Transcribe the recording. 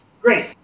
Great